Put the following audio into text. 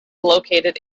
located